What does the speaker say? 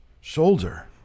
shoulder